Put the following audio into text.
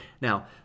Now